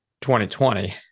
2020